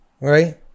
right